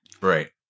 Right